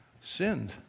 sinned